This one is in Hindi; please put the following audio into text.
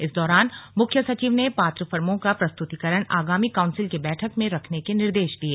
इस दौरान मुख्य सचिव ने पात्र फर्मों का प्रस्तुतीकरण आगामी काउंसिल की बैठक में रखने के निर्देश दिये